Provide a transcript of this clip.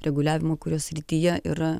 reguliavimu kurio srityje yra